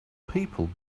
people